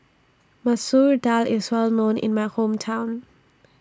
Masoor Dal IS Well known in My Hometown